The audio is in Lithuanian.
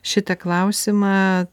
šitą klausimą